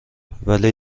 ولی